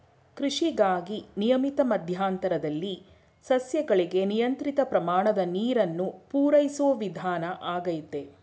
ಕೃಷಿಗಾಗಿ ನಿಯಮಿತ ಮಧ್ಯಂತರದಲ್ಲಿ ಸಸ್ಯಗಳಿಗೆ ನಿಯಂತ್ರಿತ ಪ್ರಮಾಣದ ನೀರನ್ನು ಪೂರೈಸೋ ವಿಧಾನ ಆಗೈತೆ